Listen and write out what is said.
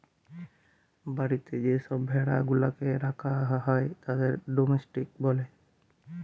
বাড়িতে যে সব ভেড়া গুলাকে রাখা হয় তাদের ডোমেস্টিক বলে